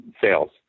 sales